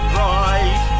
right